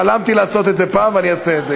חלמתי לעשות את זה פעם, ואני אעשה את זה.